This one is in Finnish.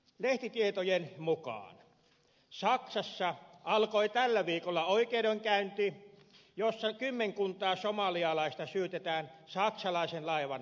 lehtitietojen mukaan saksassa alkoi tällä viikolla oikeudenkäynti jossa kymmenkuntaa somalialaista syytetään saksalaisen laivan kaappaamisesta